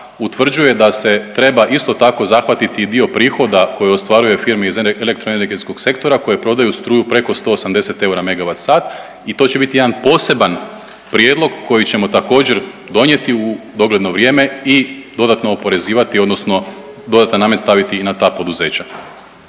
utvrđuje da se treba isto tako zahvatiti i dio prihoda koji ostvaruje firmi iz elektro-energetskog sektora koji prodaju struju preko 180 eura MWh i to će biti jedan poseban prijedlog koji ćemo također, donijeti u dogledno vrijeme i dodatno oporezivati odnosno dodatan namet staviti i na ta poduzeća.